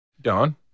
Don